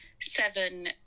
seven